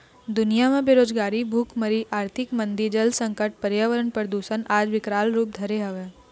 दुनिया म बेरोजगारी, भुखमरी, आरथिक मंदी, जल संकट, परयावरन परदूसन आज बिकराल रुप धरे हवय